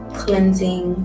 cleansing